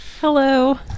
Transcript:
Hello